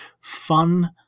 fun